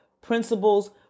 principles